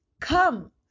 come